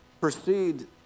proceed